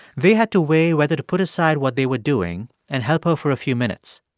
they had to weigh whether to put aside what they were doing and help her for a few minutes.